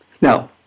Now